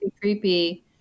creepy